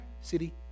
city